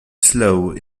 slough